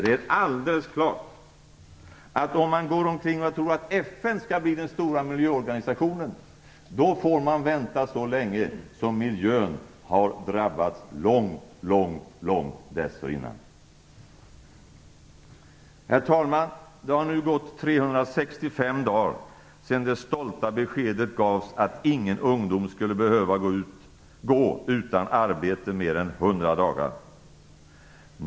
Det är alldeles klart att om man går omkring och tror att FN skall bli den stora miljöorganisationen, då får man vänta så länge så att miljön långt dessförinnan kommer att ha drabbats ytterligare. Herr talman! Det har nu gått 365 dagar sedan det stolta beskedet gavs att ingen ungdom skulle behöva gå utan arbete i mer än 100 dagar.